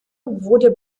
wurde